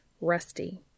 Rusty